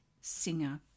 Singer